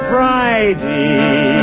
Friday